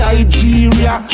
Nigeria